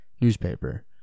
newspaper